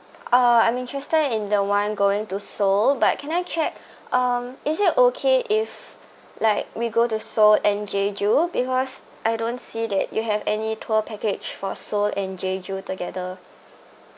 uh I'm interested in the one going to seoul but can I check um is it okay if like we go to seoul and jeju because I don't see that you have any tour package for seoul and jeju together